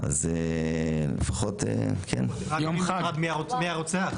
שם הצו: